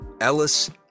Ellis